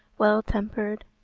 well-tempered,